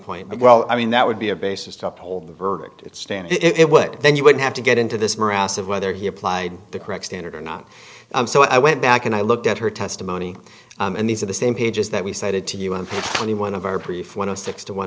point well i mean that would be a basis to uphold the verdict it stand it would then you would have to get into this morass of whether he applied the correct standard or not so i went back and i looked at her testimony and these are the same pages that we cited to you in any one of our brief one of six to one